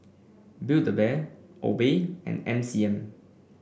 Build A Bear Obey and M C M